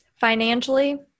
financially